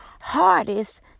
hardest